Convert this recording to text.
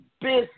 business